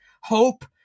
Hope